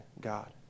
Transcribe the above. God